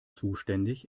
zuständig